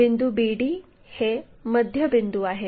बिंदू bd हे मध्यबिंदू आहेत